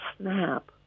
snap